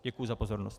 Děkuji za pozornost.